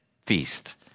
feast